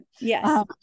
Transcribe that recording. Yes